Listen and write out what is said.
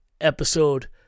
episode